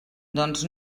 doncs